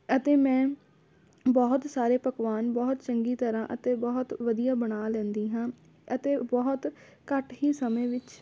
ਅਤੇ ਮੈਂ ਬਹੁਤ ਸਾਰੇ ਪਕਵਾਨ ਬਹੁਤ ਚੰਗੀ ਤਰ੍ਹਾਂ ਅਤੇ ਬਹੁਤ ਵਧੀਆ ਬਣਾ ਲੈਂਦੀ ਹਾਂ ਅਤੇ ਬਹੁਤ ਘੱਟ ਹੀ ਸਮੇਂ ਵਿੱਚ